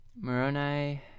Moroni